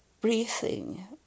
breathing